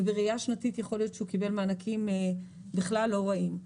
ובראייה שנתית יכול להיות שהוא קיבל מענקים בכלל לא רעים.